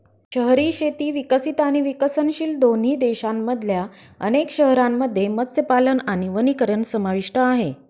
शहरी शेती विकसित आणि विकसनशील दोन्ही देशांमधल्या अनेक शहरांमध्ये मत्स्यपालन आणि वनीकरण समाविष्ट आहे